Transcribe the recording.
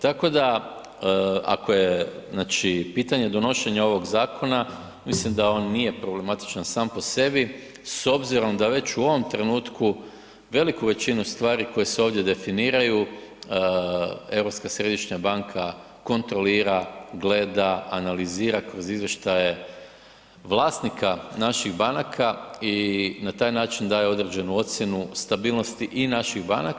Tako da ako je znači pitanje donošenja ovog zakona mislim da on nije problematičan sam po sebi s obzirom da već u ovom trenutku veliku većinu stvari koju se ovdje definiraju Europska središnja banka kontrolira, gleda, analizira kroz izvještaje vlasnika naših banaka i na taj način daje određenu ocjenu stabilnosti i naših banaka.